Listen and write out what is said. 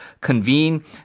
convene